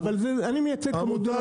אני מייצג את העמותה של אופנועי הים.